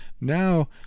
now